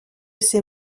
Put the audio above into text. ses